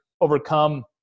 overcome